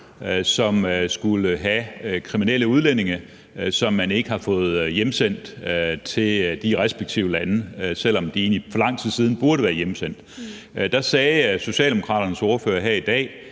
som skulle have kriminelle udlændinge, som man ikke har fået hjemsendt til de respektive lande, selv om de egentlig for lang tid siden burde være hjemsendt. Der sagde Socialdemokraternes ordfører her i dag,